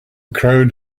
crowd